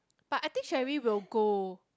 but I think Cherry will go